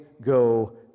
go